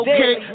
Okay